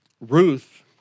Ruth